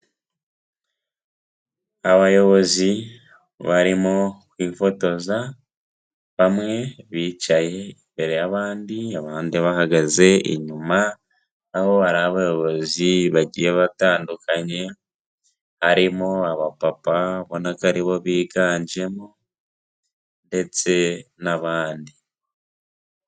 Abayobozi barimo kwifotoza, bamwe bicaye imbere y'abandi, abandi bahagaze inyuma, aho hari abayobozi bagiye batandukanye, harimo abapapa ubona ko aribo biganjemo ndetse n'abandi.